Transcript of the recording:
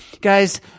guys